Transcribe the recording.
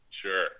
Sure